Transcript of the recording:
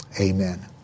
Amen